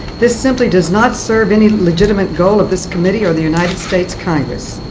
this simply does not serve any legitimate goal of this committee or the united states congress.